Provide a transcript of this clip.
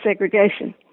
segregation